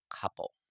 couple